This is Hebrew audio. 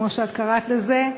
כמו שאת קראת לזה.